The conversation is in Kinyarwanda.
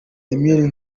emile